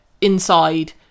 inside